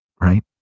right